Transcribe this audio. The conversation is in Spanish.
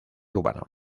urbano